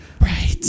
Right